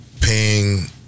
paying